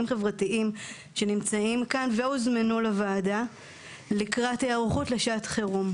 חברתיים שנמצאים כאן והוזמנו לוועדה לקראת היערכות לשעת חירום.